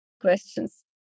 questions